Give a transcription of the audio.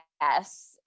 yes